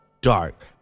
dark